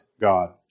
God